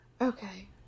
okay